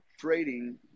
trading